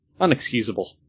unexcusable